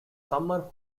summer